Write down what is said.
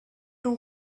two